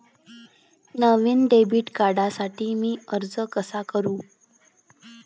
नवीन debit कार्डसाठी मी अर्ज कसा करू?